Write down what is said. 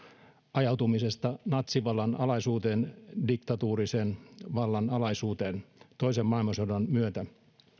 ajautumisesta natsivallan alaisuuteen diktatorisen vallan alaisuuteen toisen maailmansodan myötä